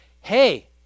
hey